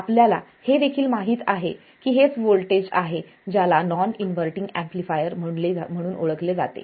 आपल्याला हे देखील माहित आहे की हेच व्होल्टेज आहे ज्याला नॉन इन्व्हर्टींग एम्पलीफायर म्हणून ओळखले जाते